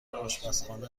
آشپزخانه